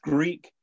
Greek